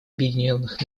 объединенных